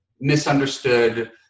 misunderstood